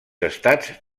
estats